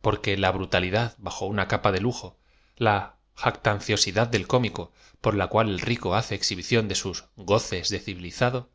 porque la brutalidad bajo una capa de lujo la jactanciosldad de cómico por la cual el rico hace exhibición de sus goces de civilizado